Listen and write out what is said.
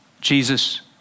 Jesus